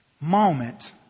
moment